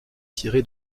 tiré